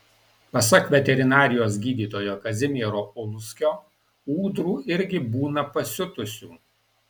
pasak veterinarijos gydytojo kazimiero ulskio ūdrų irgi būna pasiutusių